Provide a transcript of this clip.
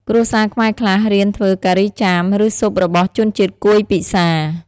គ្រួសារខ្មែរខ្លះរៀនធ្វើការីចាម ឬស៊ុបរបស់ជនជាតិកួយពិសា។